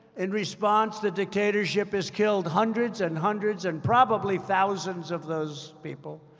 in response, the dictatorship has killed hundreds and hundreds and probably thousands of those people.